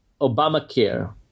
Obamacare